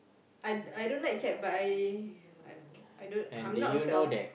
I I don't like cat but I I not afraid of